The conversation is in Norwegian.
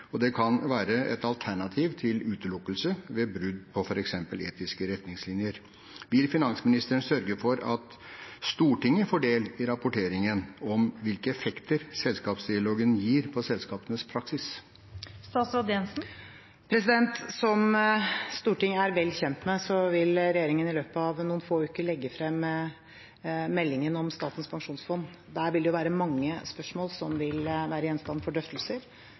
og det kan være et alternativ til utelukkelse ved brudd på f.eks. etiske retningslinjer. Vil finansministeren sørge for at Stortinget får del i rapporteringen om hvilke effekter selskapsdialogen gir på selskapenes praksis? Som Stortinget er vel kjent med, vil regjeringen i løpet av noen få uker legge frem meldingen om Statens pensjonsfond. Der vil det være mange spørsmål som vil være gjenstand for drøftelser.